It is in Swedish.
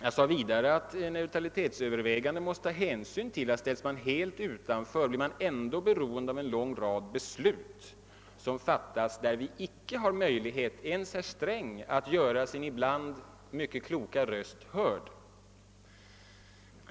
Jag sade vidare att vi vid neutralitetsövervägandena måste ta hänsyn till att vi om vi ställs helt utanför ändå blir beroende av en lång rad beslut som fattas, utan att herr Sträng inte ens har möjlighet att göra sin ibland mycket kloka röst hörd.